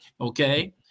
okay